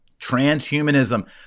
transhumanism